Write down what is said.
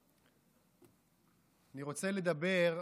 אני רוצה לדבר,